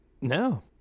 No